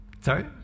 Sorry